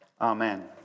Amen